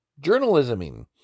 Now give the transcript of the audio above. journalisming